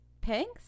pigs